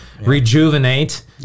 rejuvenate